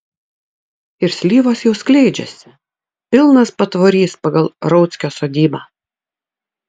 ir slyvos jau skleidžiasi pilnas patvorys pagal rauckio sodybą